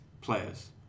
players